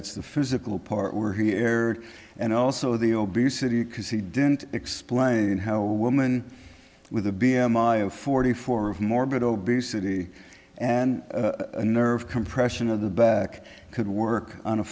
it's the physical part where he erred and also the obesity because he didn't explain how a woman with a b m i of forty four of morbid obesity and nerve compression of the back could work on a